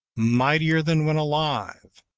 mightier than when alive.